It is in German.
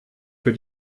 für